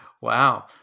Wow